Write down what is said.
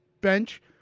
bench